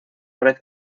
red